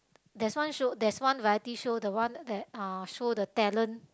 there's one show there's one variety show the one that uh show the talent